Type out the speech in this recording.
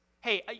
Hey